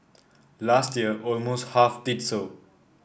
last year almost half did so